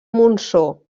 monsó